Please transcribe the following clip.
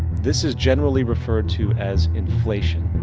this is generally referred to as inflation.